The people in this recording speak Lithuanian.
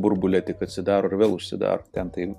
burbule tik atsidaro ir vėl užsidaro ten taip